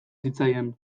zitzaien